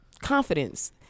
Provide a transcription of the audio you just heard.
confidence